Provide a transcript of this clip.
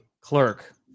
clerk